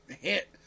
hit